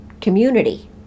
community